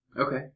Okay